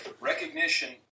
Recognition